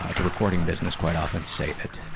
ah the recording business quite often save it.